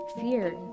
fear